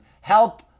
help